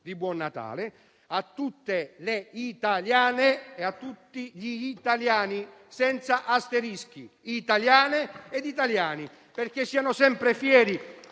di buon Natale a tutte le italiane e a tutti gli italiani, senza asterischi, perché siano sempre fieri